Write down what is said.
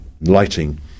lighting